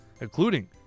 including